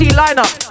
lineup